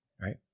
right